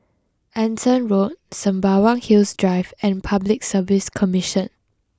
Anson Road Sembawang Hills drive and public Service Commission